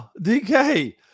DK